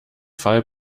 fall